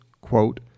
quote